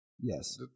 Yes